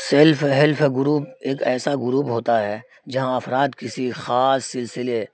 self help group ایک ایسا group ہوتا ہے جہاں افراد کسی خاص سلسلے